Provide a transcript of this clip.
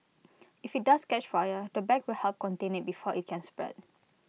if IT does catch fire the bag will help contain IT before IT can spread